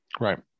right